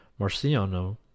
Marciano